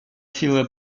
сила